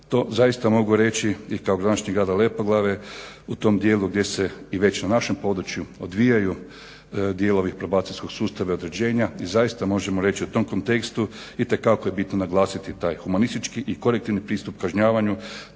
To zaista mogu reći i kao gradonačelnik grada Lepoglave u tom dijelu gdje se već i na našem području odvijaju dijelovi probacijskog sustava i određenja i zaista možemo reći u tom kontekstu itekako je bitno naglasiti taj humanistički i korektivni pristup kažnjavanju,